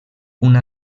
una